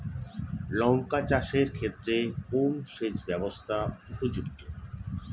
লঙ্কা চাষের ক্ষেত্রে কোন সেচব্যবস্থা উপযুক্ত?